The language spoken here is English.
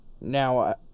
Now